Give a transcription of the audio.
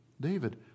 David